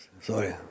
Sorry